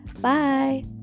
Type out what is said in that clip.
bye